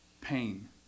pain